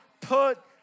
put